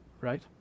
right